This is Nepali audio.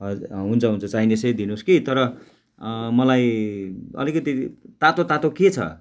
हजुर हुन्छ हुन्छ चाइनिसै दिनुहोस् कि तर मलाई अलिकति तातो तातो के छ